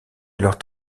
alors